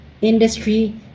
industry